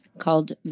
called